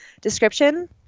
description